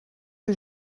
que